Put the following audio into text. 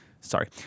Sorry